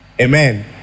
Amen